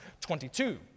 22